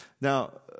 Now